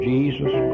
Jesus